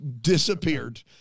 disappeared